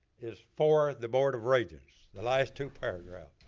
is for the board of regents, the last two paragraphs.